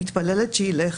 מתפללת שילך,